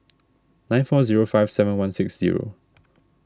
nine four zero five seven one six zero